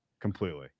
completely